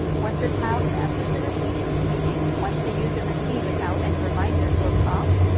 once your child masters the routine, meaning once they use their routine without any reminders or prompts,